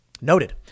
Noted